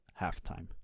halftime